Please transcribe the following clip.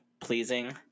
pleasing